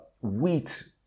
Wheat